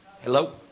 Hello